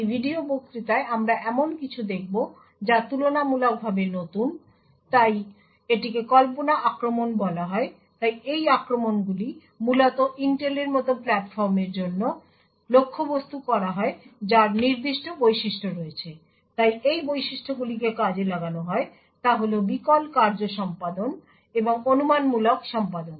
এই ভিডিও বক্তৃতায় আমরা এমন কিছু দেখব যা তুলনামূলকভাবে নতুন তাই এটিকে কল্পনা আক্রমণ বলা হয় তাই এই আক্রমণগুলি মূলত ইন্টেলের মতো প্ল্যাটফর্মের জন্য লক্ষ্যবস্তু করা হয় যার নির্দিষ্ট বৈশিষ্ট্য রয়েছে তাই যে বৈশিষ্ট্যগুলিকে কাজে লাগানো হয় তা হল বিকল কার্য সম্পাদন এবং অনুমানমূলক সম্পাদন